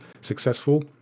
successful